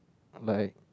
like